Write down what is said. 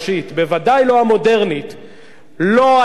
לא היתה ריבונות אחרת בשומרון וביהודה,